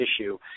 issue